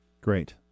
Great